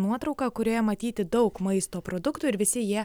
nuotrauka kurioje matyti daug maisto produktų ir visi jie